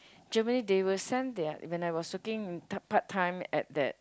Germany they will send their when I was working part time at that